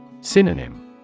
Synonym